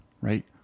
right